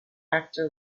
actor